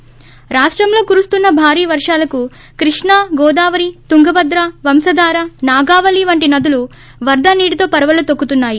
ిరాష్టంలో కురుస్తున్న భారీ వర్షాలకు కృష్ణ గోదావరి తుంగభద్ర వంశాదార నాగావళి వంటి నదులు వరద నీటితో పరివళ్ళు తొక్కుతున్నాయి